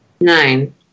Nine